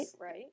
right